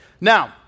Now